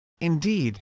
Indeed